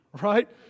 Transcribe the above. right